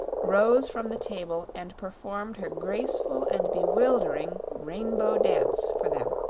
rose from the table and performed her graceful and bewildering rainbow dance for them.